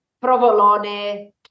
provolone